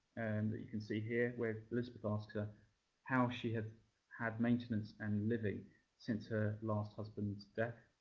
and that you can see here, where elizabeth asks her how she has had maintenance and living since her last husband's death.